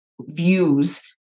views